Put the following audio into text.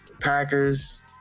Packers